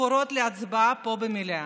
ספורות להצבעה כאן במליאה: